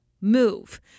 move